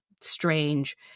strange